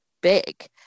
big